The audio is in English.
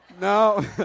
No